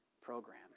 program